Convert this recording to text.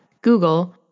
Google